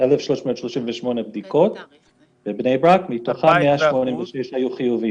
1,338 בדיקות, מתוכן 186 היו חיוביים.